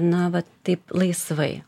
na vat taip laisvai